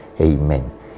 Amen